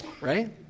right